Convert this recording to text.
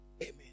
Amen